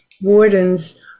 wardens